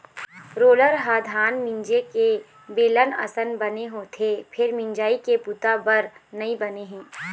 roller ह धान मिंजे के बेलन असन बने होथे फेर मिंजई के बूता बर नइ बने हे